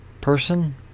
person